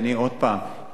עוד פעם,